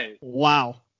Wow